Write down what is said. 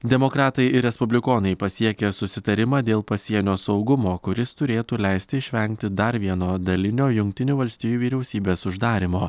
demokratai ir respublikonai pasiekė susitarimą dėl pasienio saugumo kuris turėtų leisti išvengti dar vieno dalinio jungtinių valstijų vyriausybės uždarymo